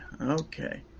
Okay